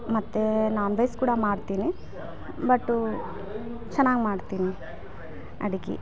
ಮತ್ತು ನಾನ್ವೇಜ್ ಕೂಡ ಮಾಡ್ತೀನಿ ಬಟ್ಟು ಚೆನ್ನಾಗಿ ಮಾಡ್ತೀನಿ ಅಡಿಗೆ